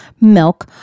milk